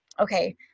Okay